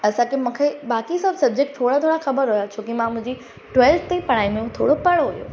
असांखे मूंखे बाक़ी सभु सब्जेक्ट थोरा थोरा ख़बरु हुया छोकी मां मुंहिंजी ट्वेल्थ ताईं पढ़ाई में थोरो पढ़ियो हुयो